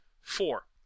four